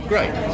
Great